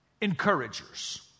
encouragers